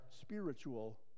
spiritual